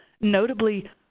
notably